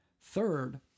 Third